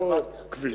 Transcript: לא כביש.